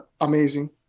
amazing